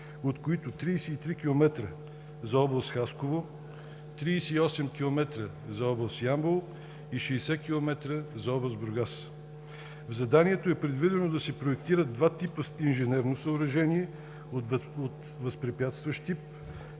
от които 33 км – за област Хасково, 38 км – за област Ямбол, и 60 км – за област Бургас. В заданието е предвидено да се проектират два типа инженерно съоръжение от възпрепятстващ тип